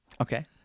Okay